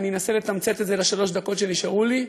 ואני אנסה לתמצת את זה בשלוש הדקות שנשארו לי,